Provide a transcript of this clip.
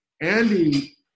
Andy